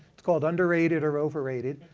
it's called underrated or overrated.